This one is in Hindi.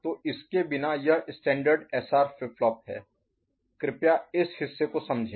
तो इसके बिना यह स्टैण्डर्ड Standard मानक एसआर फ्लिप फ्लॉप है कृपया इस हिस्से को समझें